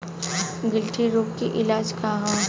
गिल्टी रोग के इलाज का ह?